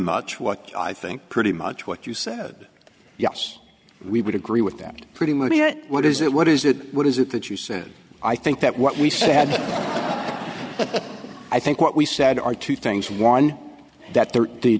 much what i think pretty much what you said yes we would agree with that pretty much what is it what is it what is it that you said i think that what we said but i think what we said are two things one that there